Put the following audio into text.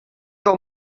del